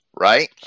right